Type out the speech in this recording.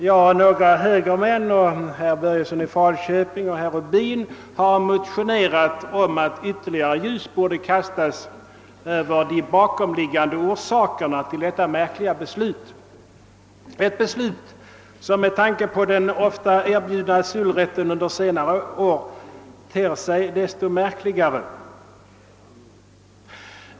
Herr Börjesson i Falköping, herr Rubin, några högermän och jag har motionerat om att ytterligare ljus skall kastas över orsakerna till detta märkliga beslut, ett beslut som med tanke på den under senare år ofta erbjudna asylrätten ter sig desto märkligare.